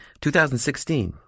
2016